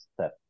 step